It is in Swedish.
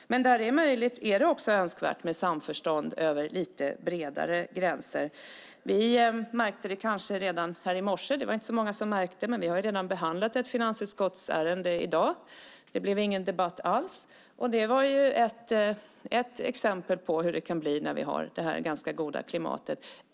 Men där det är möjligt är det också önskvärt med samförstånd över lite bredare gränser. Vi märkte det redan här i morse. Det var kanske inte så många som märkte det, men vi har redan behandlat ett finansutskottsärende i dag. Det blev ingen debatt alls. Det är ett exempel på hur det kan bli när vi har detta ganska goda klimat.